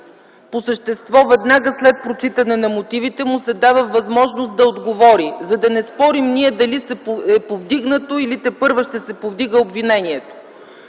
по същество веднага след прочитане на мотивите, му се дава възможност да отговори, за да не спорим ние дали е повдигнато или тепърва ще се повдига обвинението.